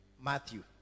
Matthew